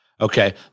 Okay